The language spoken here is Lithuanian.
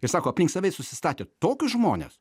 ir sako aplink save jis susistatė tokius žmones